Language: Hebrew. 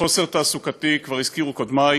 בחוסר תעסוקתי, כבר הזכירו קודמי,